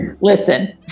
Listen